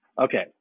Okay